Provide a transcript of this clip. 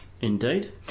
Indeed